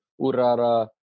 Urara